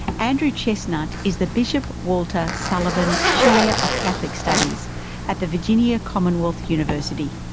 andrew chesnut is the bishop walter sullivan chair of catholic studies at the virginia commonwealth university.